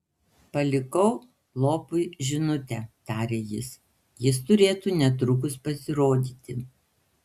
palikau lopui žinutę tarė jis jis turėtų netrukus pasirodyti